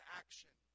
action